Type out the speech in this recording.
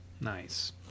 Nice